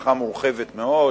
משפחה מורחבת מאוד,